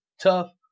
tough